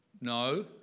no